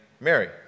Mary